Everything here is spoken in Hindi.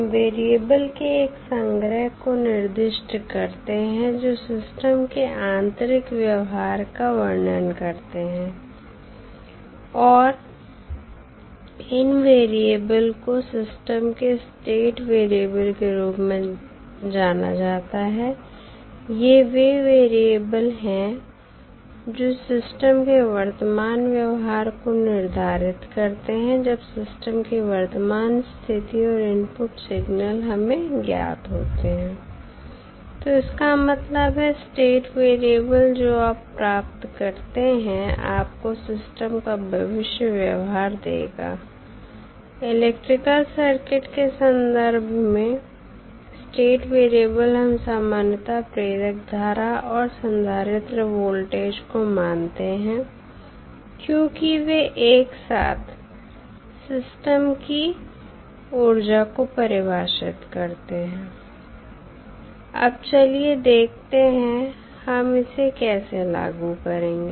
हम वेरिएबल के एक संग्रह को निर्दिष्ट करते हैं जो सिस्टम के आंतरिक व्यवहार का वर्णन करते हैं और इन वेरिएबल को सिस्टम के स्टेट वेरिएबल के रूप में जाना जाता है ये वे वेरिएबल हैं जो सिस्टम के वर्तमान व्यवहार को निर्धारित करते हैं जब सिस्टम की वर्तमान स्थिति और इनपुट सिग्नल हमें ज्ञात होते हैं तो इसका मतलब है स्टेट वेरिएबल जो आप प्राप्त करते हैं आपको सिस्टम का भविष्य व्यवहार देगा इलेक्ट्रिकल सर्किट के संदर्भ में स्टेट वेरिएबल हम सामान्यतः प्रेरक धारा और संधारित्र वोल्टेज को मानते हैं क्योंकि वे एक साथ सिस्टम की ऊर्जा को परिभाषित करते हैं अब चलिए देखते हैं हम इसे कैसे लागू करेंगे